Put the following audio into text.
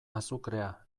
azukrea